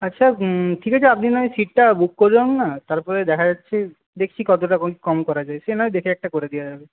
আচ্ছা ঠিক আছে আপনি না হয় সীটটা বুক করুন না তারপরে দেখা যাচ্ছে দেখছি কতটা ওই কম করা যায় সে নয় দেখে একটা করে দেওয়া যাবে